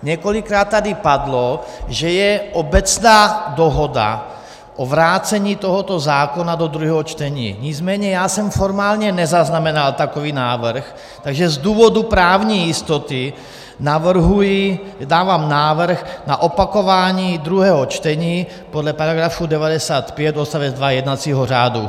Několikrát tady padlo, že je obecná dohoda o vrácení tohoto zákona do druhého čtení, nicméně já jsem formálně nezaznamenal takový návrh, takže z důvodu právní jistoty dávám návrh na opakování druhého čtení podle § 95 odst. 2 jednacího řádu.